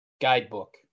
guidebook